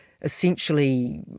essentially